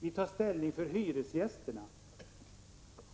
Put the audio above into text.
Vi tar ställning för hyresgästerna.